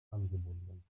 angebunden